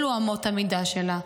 אלו אמות המידה שלה.